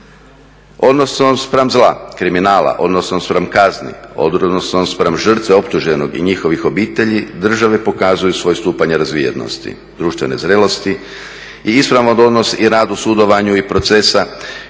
Odnosom spram zla, kriminala, odnosom spram kazni, odnosom spram žrtve optuženog i njihovih obitelji države pokazuju svoj stupanj razvijenosti, društvene zrelosti i ispravan … i radu sudovanju i procesa